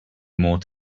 more